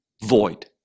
void